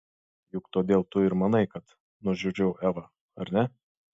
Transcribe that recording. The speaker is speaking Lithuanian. juk todėl tu ir manai kad nužudžiau evą ar ne